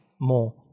more